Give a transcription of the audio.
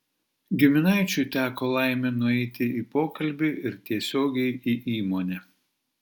giminaičiui teko laimė nueiti į pokalbį ir tiesiogiai į įmonę